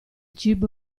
cibo